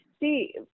See